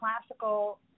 classical